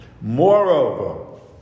Moreover